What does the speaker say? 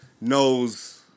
knows